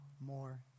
more